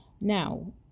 Now